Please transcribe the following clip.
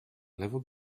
level